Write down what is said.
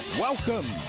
Welcome